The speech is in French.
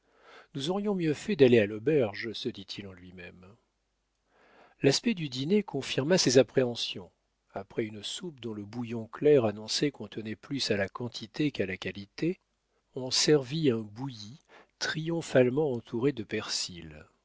nous aurions mieux fait d'aller à l'auberge se dit-il en lui-même l'aspect du dîner confirma ses appréhensions après une soupe dont le bouillon clair annonçait qu'on tenait plus à la quantité qu'à la qualité on servit un bouilli triomphalement entouré de persil